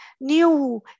new